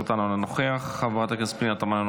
חבר הכנסת אחמד טיבי,